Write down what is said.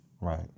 Right